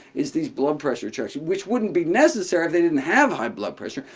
is these blood pressure checks, which wouldn't be necessary if they didn't have high blood pressure.